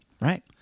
Right